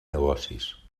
negocis